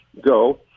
go